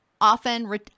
often